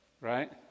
right